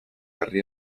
herri